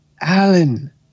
Alan